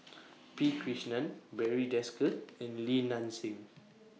P Krishnan Barry Desker and Li Nanxing